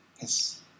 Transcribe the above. Yes